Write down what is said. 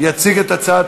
חבר הכנסת